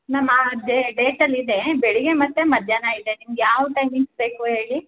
ನಾ ಮಾ ಅದೇ ಡೇಟಲ್ಲಿ ಇದೆ ಬೆಳಿಗ್ಗೆ ಮತ್ತು ಮಧ್ಯಾಹ್ನ ಇದೆ ನಿಮ್ಗೆ ಯಾವ ಟೈಮಿಂಗ್ಸ್ ಬೇಕು ಹೇಳಿ